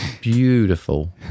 Beautiful